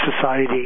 society